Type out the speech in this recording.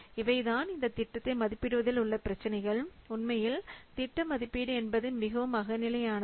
இவைதான் இந்தத் திட்டத்தை மதிப்பிடுவதில் உள்ள பிரச்சினைகள் உண்மையில் திட்ட மதிப்பீடு என்பது மிகவும் அகநிலையானது